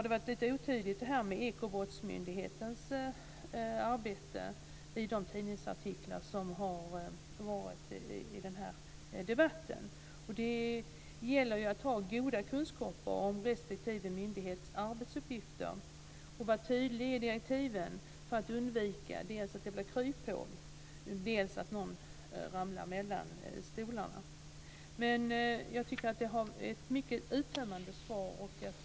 Ekobrottsmyndighetens arbete har beskrivits lite otydligt i de tidningsartiklar som har varit i den här debatten. Det gäller ju att ha goda kunskaper om respektive myndighets arbetsuppgifter och vara tydlig i direktiven för att undvika dels att det blir kryphål, dels att någon ramlar mellan stolarna. Jag tycker att det är ett mycket uttömmande svar.